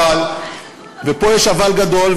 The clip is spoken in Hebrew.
ופה יש אבל גדול,